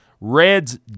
Reds